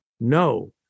No